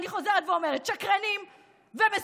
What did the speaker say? ואני חוזרת ואומרת: שקרנים ומסוכנים.